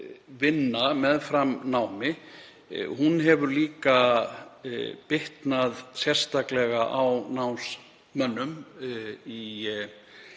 vinna meðfram námi hefur líka bitnað sérstaklega á námsmönnum í